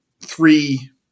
three